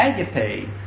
Agape